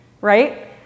right